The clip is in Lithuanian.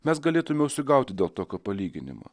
mes galėtumėme užsigauti dėl tokio palyginimo